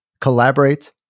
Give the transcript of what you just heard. collaborate